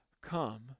come